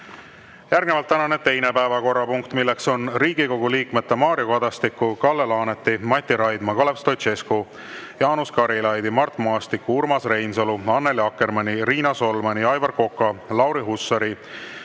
Järgnevalt tänane teine päevakorrapunkt: Riigikogu liikmete Mario Kadastiku, Kalle Laaneti, Mati Raidma, Kalev Stoicescu, Jaanus Karilaidi, Mart Maastiku, Urmas Reinsalu, Annely Akkermanni, Riina Solmani, Aivar Koka, Lauri Hussari,